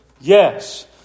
yes